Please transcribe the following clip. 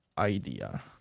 Idea